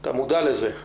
אתה מודע לזה?